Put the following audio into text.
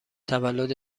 تولد